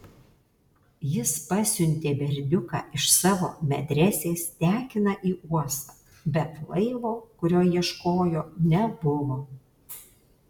jis pasiuntė berniuką iš savo medresės tekiną į uostą bet laivo kurio ieškojo nebuvo